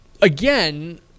again